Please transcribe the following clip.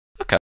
Okay